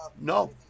no